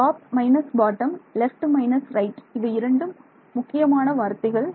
top minus bottom left minus right இவை இரண்டும் முக்கியமான வார்த்தைகள்